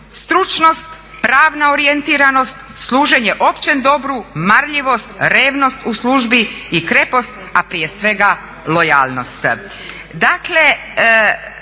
stručnost, pravna orijentiranost, služenje općem dobru, marljivost, revnost u službi i krepost a prije svega lojalnost.